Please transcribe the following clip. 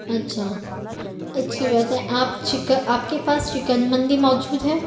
اچھا اچھی بات ہے آپ چکن آپ کے پاس چکن مندی موجود ہے